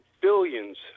billions